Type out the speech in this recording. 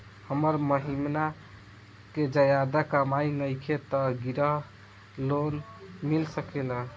हमर महीना के ज्यादा कमाई नईखे त ग्रिहऽ लोन मिल सकेला?